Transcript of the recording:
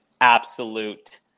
absolute